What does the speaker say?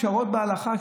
פשרות בהלכה,